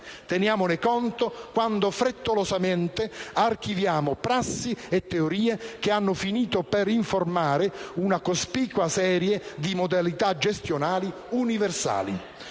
Teniamone conto quando, frettolosamente, archiviamo prassi e teorie che hanno finito per informare una cospicua serie di modalità gestionali universali.